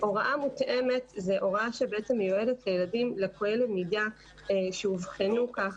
הוראה מותאמת זו הוראה שמותאמת לילדים לקויי למידה שאובחנו כך,